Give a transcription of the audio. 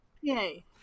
Yay